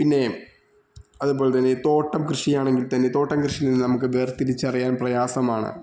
പിന്നെയും അതുപോലെതന്നെ തോട്ടം കൃഷിയാണെങ്കില് തന്നെ തോട്ടം കൃഷിയില് നിന്ന് നമുക്ക് വേര്തിരിച്ചറിയാന് പ്രയാസമാണ്